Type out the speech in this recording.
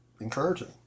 encouraging